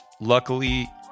Luckily